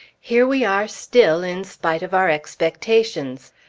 here we are still, in spite of our expectations.